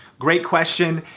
great question.